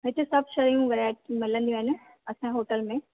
हिते सभु शयूं वैरा मिलंदियूं आहिनि असांजे होटल में